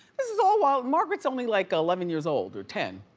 this is all while margaret's only like eleven years old or ten.